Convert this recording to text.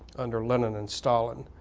under lenin and stalin.